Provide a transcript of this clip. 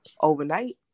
Overnight